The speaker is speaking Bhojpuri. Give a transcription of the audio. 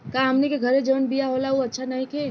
का हमनी के घरे जवन बिया होला उ अच्छा नईखे?